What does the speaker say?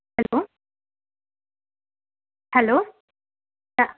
hello hello